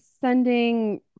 sending